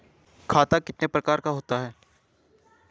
खाता कितने प्रकार का होता है?